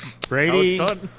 Brady